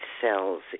cells